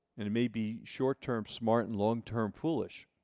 and it may be short-term smart and long-term foolish.